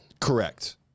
Correct